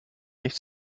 nicht